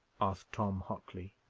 asked tom, hotly.